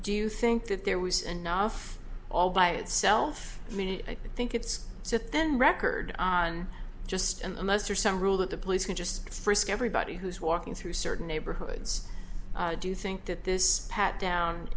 do you think that there was and not all by itself i mean i think it's set then record on just and unless there's some rule that the police can just frisk everybody who's walking through certain neighborhoods do you think that this pat down